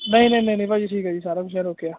ਨਹੀਂ ਨਹੀਂ ਨਹੀਂ ਭਾਅ ਜੀ ਠੀਕ ਹ ਜੀ ਸਾਰਾ ਕੁਝ ਅਰੋਕਿਆ